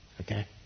Okay